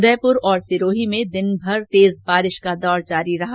उदयपुर और सिरोही में दिन में तेज बारिश का दौर जारी रहा